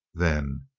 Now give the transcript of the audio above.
then,